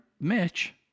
Mitch